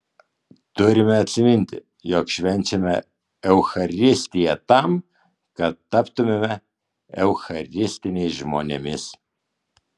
turime atsiminti jog švenčiame eucharistiją tam kad taptumėme eucharistiniais žmonėmis